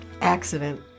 accident